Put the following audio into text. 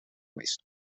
waste